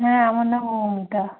হ্যাঁ আমার নাম মৌমিতা